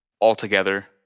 altogether